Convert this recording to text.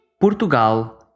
Portugal